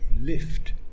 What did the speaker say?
lift